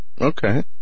Okay